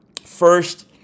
First